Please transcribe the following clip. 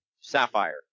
Sapphire